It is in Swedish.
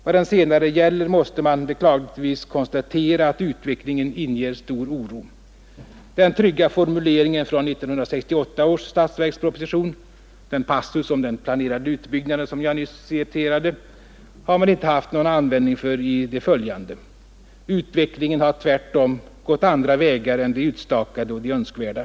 Vad den senare gäller måste man beklagligtvis konstatera att utvecklingen inger stor oro. Den trygga formuleringen från 1968 års statsverksproposition — den passus om den planenliga utbyggnaden som jag nyss citerade — har man inte haft någon användning för i de följande. Utvecklingen har tvärtom gått andra vägar än de utstakade och de önskvärda.